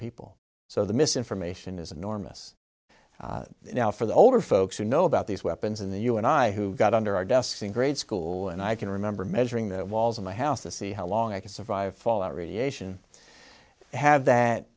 people so the misinformation is enormous now for the older folks who know about these weapons in the you and i who got under our desks in grade school and i can remember measuring the walls of my house to see how long i can survive fall out radiation have that